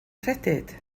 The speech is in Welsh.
credyd